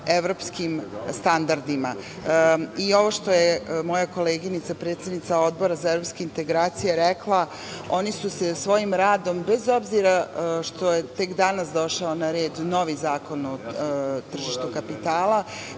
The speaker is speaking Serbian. evropskim standardima. Ovo što je moja koleginica, predsednica Odbora za evropske integracije rekla, oni su se svojim radom bez obzira što je tek danas došao na red novi Zakon o tržištu kapitala,